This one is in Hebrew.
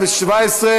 תודה רבה, אדוני.